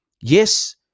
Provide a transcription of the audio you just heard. yes